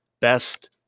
best